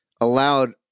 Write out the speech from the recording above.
allowed